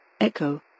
Echo